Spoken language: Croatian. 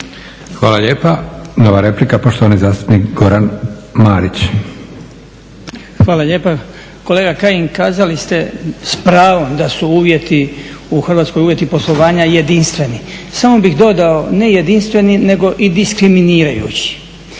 Hvala lijepa. Nova replika poštovani zastupnik Goran Marić. **Marić, Goran (HDZ)** Hvala lijepa. Kolega Kajin kazali ste s pravom da su uvjeti u Hrvatskoj uvjeti poslovanja jedinstveni, samo bih dodao ne jedinstveni nego i diskriminirajući.